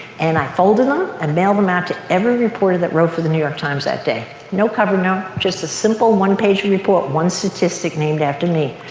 and i folded them and mailed them out to every reporter that wrote for the new york times that day, no cover. just a simple one page report. one statistic named after me.